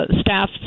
staff